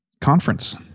conference